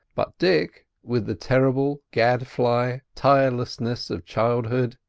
but dick, with the terrible gadfly tirelessness of childhood,